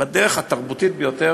בדרך התרבותית ביותר